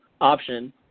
option